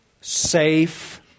safe